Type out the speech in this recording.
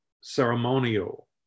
ceremonial